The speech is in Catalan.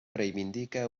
reivindica